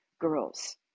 girls